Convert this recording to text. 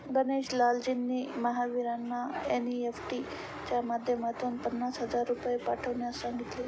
गणेश लालजींनी महावीरांना एन.ई.एफ.टी च्या माध्यमातून पन्नास हजार रुपये पाठवण्यास सांगितले